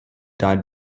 died